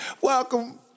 Welcome